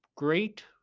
Great